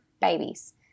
babies